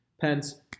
Pence